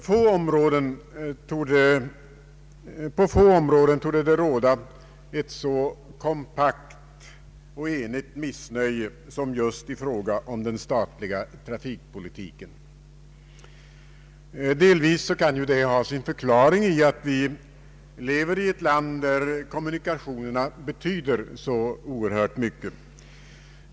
På få områden torde det råda ett så kompakt och enhälligt missnöje som just i fråga om den statliga trafikpolitiken. Delvis kan det ha sin förklaring i att vi lever i ett land där kommunikationerna betyder oerhört mycket.